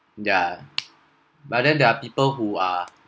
yeah but then there are people who are